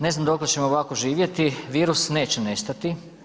Ne znam dokle ćemo ovako živjeti, virus neće nestati.